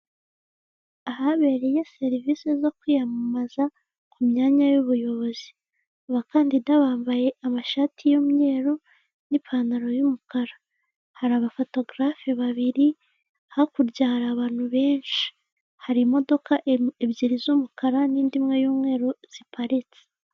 Ahabereye serivisi zo kwiyamamaza ku myanya y'ubuyobozi, abakandida bambaye amashati y'umweru n'ipantaro y'umukara, hari abafotogarafe babiri, hakurya hari abantu benshi hari imodoka ebyiri z'umukara n'indi imwe y'umweru ziparitse.